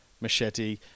machete